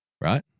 Right